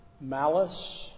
Malice